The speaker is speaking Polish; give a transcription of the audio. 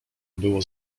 było